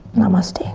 namaste.